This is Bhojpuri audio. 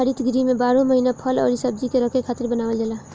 हरित गृह में बारहो महिना फल अउरी सब्जी के रखे खातिर बनावल जाला